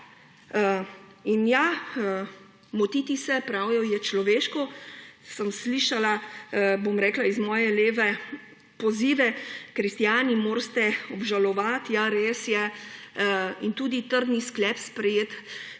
In ja, motiti se, pravijo, je človeško. Slišala sem, bom rekla s svoje leve, pozive, kristjani morate obžalovati – ja, res je – in tudi trdni sklep sprejeti,